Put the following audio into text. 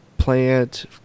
plant